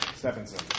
Stephenson